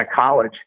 college